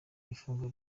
ifunguro